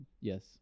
Yes